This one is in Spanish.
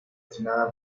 estrenada